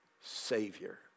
Savior